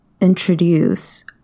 introduce